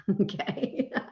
Okay